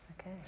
Okay